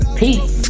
peace